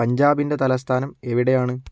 പഞ്ചാബിൻ്റെ തലസ്ഥാനം എവിടെയാണ്